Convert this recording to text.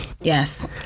yes